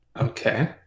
Okay